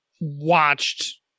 watched